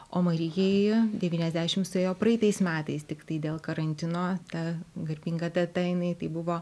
o marijai devyniasdešimt suėjo praeitais metais tiktai dėl karantino ta garbinga data jinai tai buvo